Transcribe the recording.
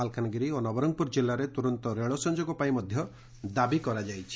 ମାଲକାନଗିରି ଓ ନବରଙ୍ଙପୁର ଜିଲ୍ଲାରେ ତୁରନ୍ତ ରେଳ ସଂଯୋଗ ପାଇଁ ମଧ୍ଧ ଦାବି କରାଯାଇଛି